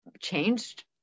changed